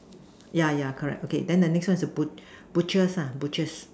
yeah yeah correct okay then the next one is bu~ butchers ah butchers